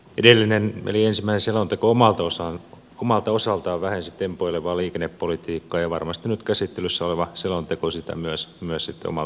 edellinen eli ensimmäinen selonteko omalta osaltaan vähensi tempoilevaa liikennepolitiikkaa ja varmasti nyt käsittelyssä oleva selonteko sitä myös sitten omalta osaltaan jatkaa